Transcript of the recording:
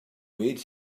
wait